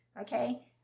Okay